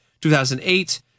2008